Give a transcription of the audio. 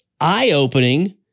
eye-opening